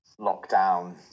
lockdown